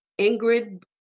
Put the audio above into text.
Ingrid